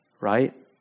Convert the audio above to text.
right